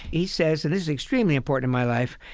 he says and this is extremely important in my life.